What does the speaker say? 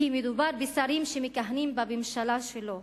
כי מדובר בשרים שמכהנים בממשלה שלו,